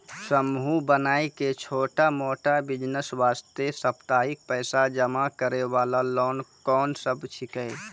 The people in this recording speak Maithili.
समूह बनाय के छोटा मोटा बिज़नेस वास्ते साप्ताहिक पैसा जमा करे वाला लोन कोंन सब छीके?